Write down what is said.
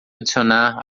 adicionar